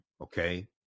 Okay